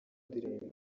ndirimbo